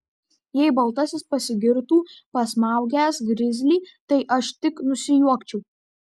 jei baltasis pasigirtų pasmaugęs grizlį tai aš tik nusijuokčiau